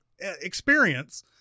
experience